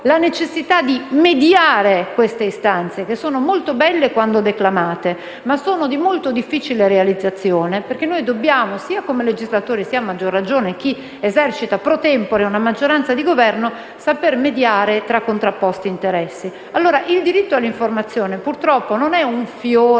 la necessità di mediare queste istanze, che sono molto belle quando declamate, ma sono di molto difficile realizzazione, perché sia come legislatori, sia a maggior ragione esercitando una maggioranza di Governo *pro tempore*, occorre saper mediare tra contrapposti interessi. Il diritto all'informazione purtroppo non è un fiore